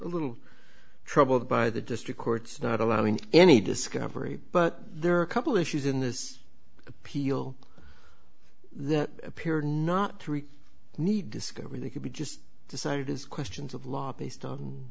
little troubled by the district courts not allowing any discovery but there are a couple issues in this appeal that appear not three need discover they could be just decided as questions of law based on